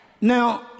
Now